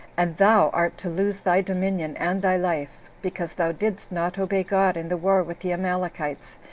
and thou art to lose thy dominion and thy life, because thou didst not obey god in the war with the amalekites,